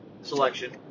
selection